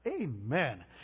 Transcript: Amen